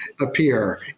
appear